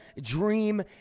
Dream